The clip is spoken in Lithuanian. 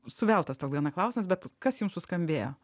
suveltas toks gana klausas bet kas jum suskambėjo